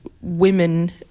women